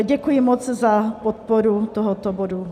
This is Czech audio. Děkuji moc za podporu tohoto bodu.